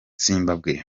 zimbabwe